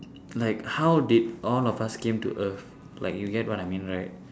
like how did all of us came to earth like you get what I mean right